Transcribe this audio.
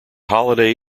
holiday